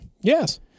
Yes